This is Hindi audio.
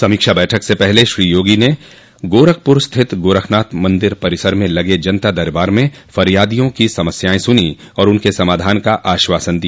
समीक्षा बैठक से पहले श्रो योगी ने गोरखपुर स्थित गोरखनाथ मन्दिर परिसर में लगे जनता दरबार में फरियादियों की समस्याएं सुनी और उनके समाधान का आश्वासन दिया